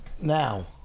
Now